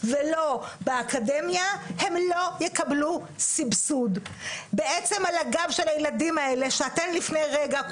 ולכן הסבסוד נשאר במשרד העבודה,